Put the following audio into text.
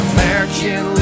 American